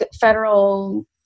federal